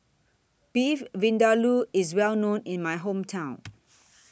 Beef Vindaloo IS Well known in My Hometown